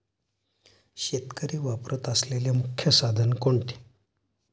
शेतकरी वापरत असलेले मुख्य साधन कोणते?